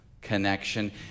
connection